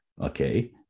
Okay